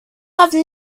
have